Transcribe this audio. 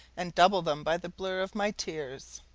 and double them by the blur of my tears.